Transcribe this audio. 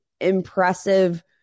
impressive